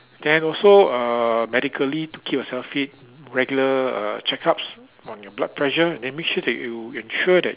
then also uh medically to keep yourself fit regular uh check-ups on your blood pressure then make sure that you ensure that